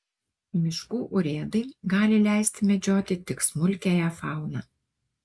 miškų urėdai gali leisti medžioti tik smulkiąją fauną